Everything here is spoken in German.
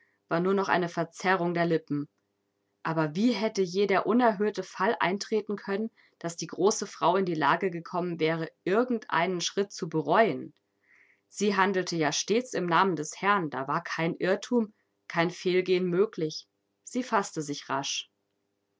war nur noch eine verzerrung der lippen aber wie hätte je der unerhörte fall eintreten können daß die große frau in die lage gekommen wäre irgend einen schritt zu bereuen sie handelte ja stets im namen des herrn da war kein irrtum kein fehlgehen möglich sie faßte sich rasch